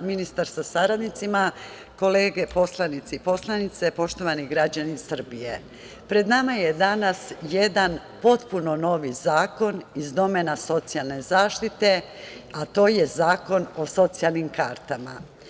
ministar sa saradnicima, kolege poslanici i poslanice, poštovani građani Srbije, pred nama je danas jedan potpuno novi zakon iz domena socijalne zaštite, a to je Zakon o socijalnim kartama.